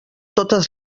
totes